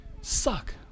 Suck